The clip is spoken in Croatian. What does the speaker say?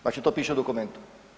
Znači to piše u dokumentu.